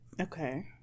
okay